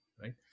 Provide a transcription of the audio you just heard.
right